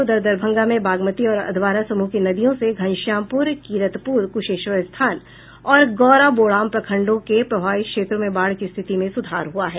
उधर दरभंगा में बागमती और अधवारा समूह की नदियों से घनश्यामपुर किरतपुर कुशेश्वरस्थान और गौराबोड़ाम प्रखंडों के प्रभावित क्षेत्रों में बाढ़ की रिथति में सुधार हुआ है